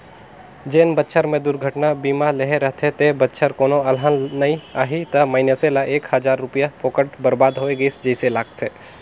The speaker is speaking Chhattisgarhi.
जेन बच्छर मे दुरघटना बीमा लेहे रथे ते बच्छर कोनो अलहन नइ आही त मइनसे ल एक हजार रूपिया फोकट बरबाद होय गइस जइसे लागथें